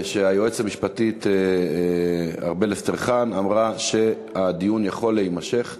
שהיועצת המשפטית ארבל אסטרחן אמרה שהדיון יכול להימשך,